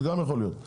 זה גם יכול להיות.